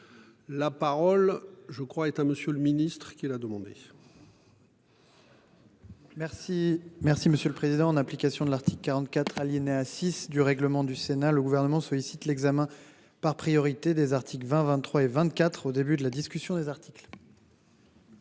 La parole je crois est à monsieur le Ministre, qui l'a demandé.-- Merci, merci Monsieur le Président, en application de l'article 44 alinéa 6 du règlement du Sénat, le gouvernement sollicite l'examen par priorité des articles 20 23 et 24 au début de la discussion des articles.--